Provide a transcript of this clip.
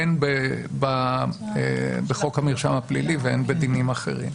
הן בחוק המרשם הפלילי והן בדינים אחרים.